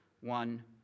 one